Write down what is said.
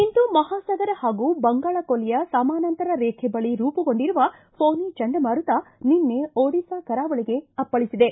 ಹಿಂದೂ ಮಹಾಸಾಗರ ಹಾಗೂ ಬಂಗಾಳಕೊಲ್ಲಿಯ ಸಮಾನಾಂತರ ರೇಖೆ ಬಳಿ ರೂಪುಗೊಂಡಿರುವ ಪೋನಿ ಚಂಡಮಾರುತ ನಿನ್ನೆ ಓಡಿಸ್ತಾ ಕರಾವಳಿಗೆ ಅಪ್ಪಳಿಸಿದೆ